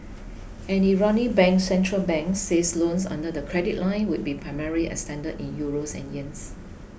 an Iranian bank centre bank said loans under the credit line would be primarily extended in Euros and Yuan